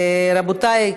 רבותי,